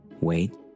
wait